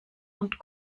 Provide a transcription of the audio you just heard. und